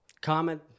comment